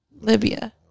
Libya